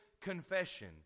confession